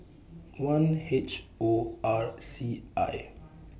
one H O R C I